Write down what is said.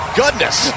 goodness